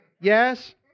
Yes